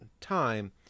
time